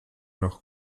nach